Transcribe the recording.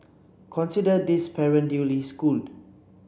consider this parent duly schooled